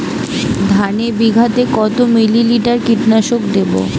ধানে বিঘাতে কত মিলি লিটার কীটনাশক দেবো?